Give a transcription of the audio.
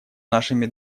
нашими